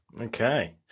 okay